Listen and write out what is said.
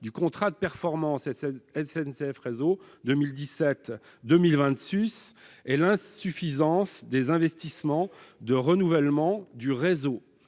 le contrat de performance SNCF Réseau 2017-2026 et de l'insuffisance des investissements de renouvellement du réseau,